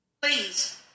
please